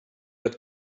had